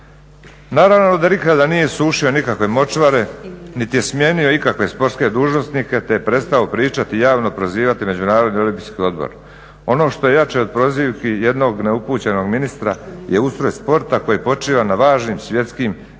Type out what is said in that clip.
Naravno da nikada nije isušio nikakve močvare niti je smijenio ikakve sportske dužnosnike te je prestao pričati javno prozivati međunarodni olimpijski odbor. Ono što je jače od prozivki jednog neupućenog ministra je ustroj sporta koji počiva na važnim, svjetskim i